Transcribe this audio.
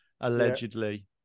allegedly